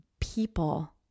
people